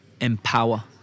empower